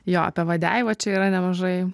jo apie vadeivą čia yra nemažai